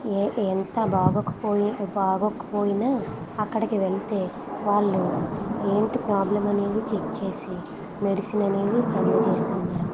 ఏ ఎంత బాగోకపోయి బాగోకపోయినా అక్కడికి వెళితే వాళ్ళు ఏంటి ప్రాబ్లం అనేది చెక్ చేసి మెడిసిన్ అనేది అందజేస్తున్నారు